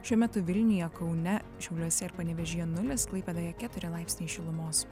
šiuo metu vilniuje kaune šiauliuose ir panevėžyje nulis klaipėdoje keturi laipsniai šilumos